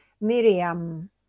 Miriam